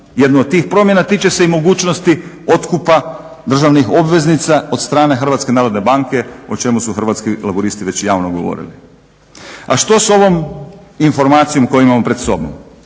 Jedna od tih promjena tiče se i mogućnosti otkupa državnih obveznica od strane Hrvatske narodne banke o čemu su Hrvatski laburisti već javno govorili. A što s ovom informacijom koju imamo pred sobom.